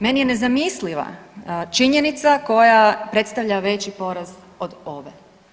Meni je nezamisliva činjenica koja predstavlja veći poraz od ove.